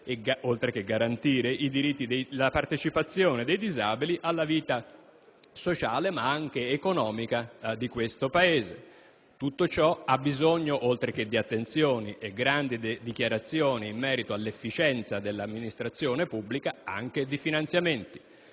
oltre che garantire, la partecipazione dei disabili alla vita sociale ed economica del Paese. Tutto ciò ovviamente ha bisogno, oltre che di attenzioni e di grandi dichiarazioni in merito all'efficienza dell'amministrazione pubblica, anche di finanziamenti.